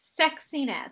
sexiness